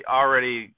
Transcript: already